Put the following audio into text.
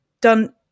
done